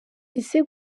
ese